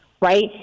right